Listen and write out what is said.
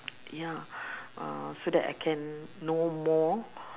ya uh so that I can know more